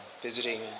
Visiting